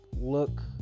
look